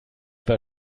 war